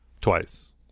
twice